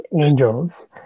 Angels